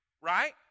right